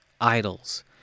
Idols